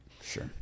Sure